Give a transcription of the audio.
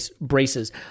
braces